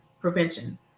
prevention